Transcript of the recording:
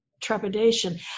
trepidation